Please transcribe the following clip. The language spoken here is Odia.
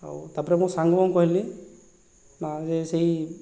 ଆଉ ତାପରେ ମୁଁ ସାଙ୍ଗକୁ କହିଲି ନା ଯେ ସେହି